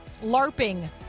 LARPing